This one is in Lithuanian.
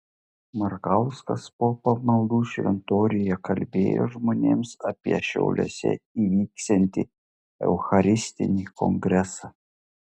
markauskas po pamaldų šventoriuje kalbėjo žmonėms apie šiauliuose įvyksiantį eucharistinį kongresą